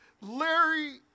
Larry